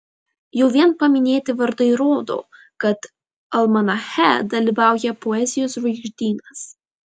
jau vien paminėti vardai rodo kad almanache dalyvauja poezijos žvaigždynas